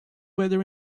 weather